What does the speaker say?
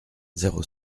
zéro